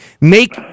make